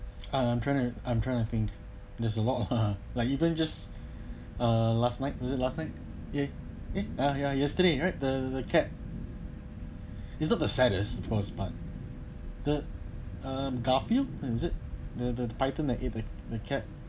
uh I'm trying to I'm trying to think there's a lot like even just uh last night was it last night eh eh uh ya ya yesterday right the the cat is not the saddest of course but the uh garfield is it the the python that ate the the cat